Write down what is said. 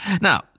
Now